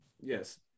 Yes